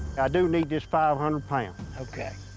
i do need this five hundred pounds. okay.